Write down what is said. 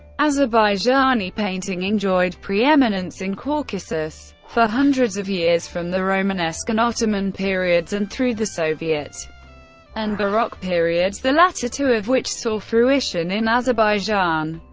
azerbaijani painting enjoyed preeminence in caucasus for hundreds of years, from the romanesque and ottoman periods, and through the soviet and baroque periods, the latter two of which saw fruition in azerbaijan.